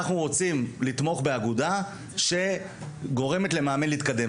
אנחנו רוצים לתמוך באגודה שגורמת למאמן להתקדם,